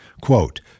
quote